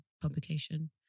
publication